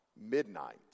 midnight